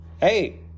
Hey